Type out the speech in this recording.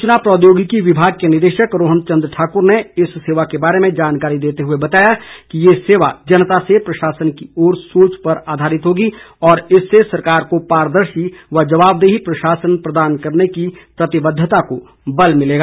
सूचना प्रौद्योगिकी विभाग के निदेशक रोहन चंद ठाक्र ने इस सेवा के बारे में जानकारी देते हुए बताया कि ये सेवा जनता से प्रशासन की ओर सोच पर आधारित होगी और इससे सरकार को पारदर्शी व जवाबदेय प्रशासन प्रदान करने की प्रतिबद्धता को बल मिलेगा